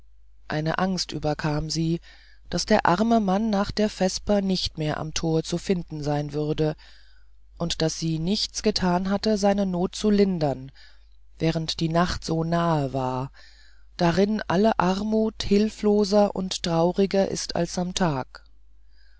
eine angst überkam sie daß der arme mann nach der vesper nicht mehr am tore zu finden sein würde und daß sie nichts getan hatte seine not zu lindern während die nacht so nahe war darin alle armut hilfloser und trauriger ist als am tag